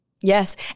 Yes